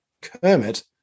Kermit